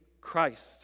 Christ